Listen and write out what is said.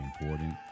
important